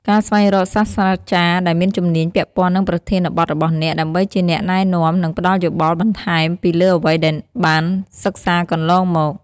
ការស្វែងរកសាស្រ្តាចារ្យដែលមានជំនាញពាក់ព័ន្ធនឹងប្រធានបទរបស់អ្នក ដើម្បីជាអ្នកណែនាំ និងផ្តល់យោបល់បន្ថែមពីលើអ្វីដែលបានសិក្សាកន្លងមក។